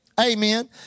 Amen